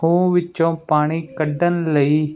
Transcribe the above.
ਖੂਹ ਵਿੱਚੋਂ ਪਾਣੀ ਕੱਢਣ ਲਈ